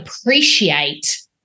appreciate